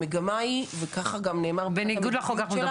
בניגוד לחוק?